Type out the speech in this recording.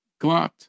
glot